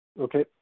Okay